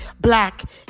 black